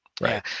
Right